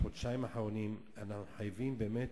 בחודשיים האחרונים, אנחנו חייבים באמת